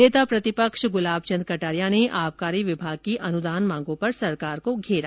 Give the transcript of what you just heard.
नेता प्रतिपक्ष गुलाब चंद कटारिया ने आबकारी विभाग की अनुदान मांगों पर सरकार को घेरा